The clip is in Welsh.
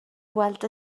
weld